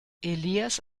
elias